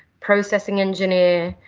processing engineer,